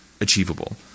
achievable